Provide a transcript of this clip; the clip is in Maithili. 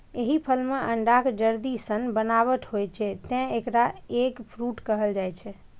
एहि फल मे अंडाक जर्दी सन बनावट होइ छै, तें एकरा एग फ्रूट कहल जाइ छै